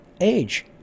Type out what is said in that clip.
age